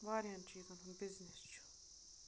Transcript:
واریاہَن چیٖزَن ہُنٛد بِزنِس چھُ